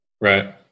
Right